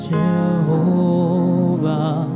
Jehovah